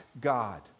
God